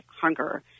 hunger